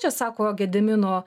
čia sako gedimino